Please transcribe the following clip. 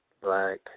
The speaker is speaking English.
black